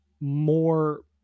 more